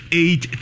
eight